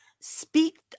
speak